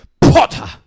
Potter